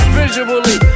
visually